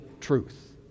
truth